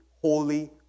holy